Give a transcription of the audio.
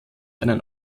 einen